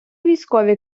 військові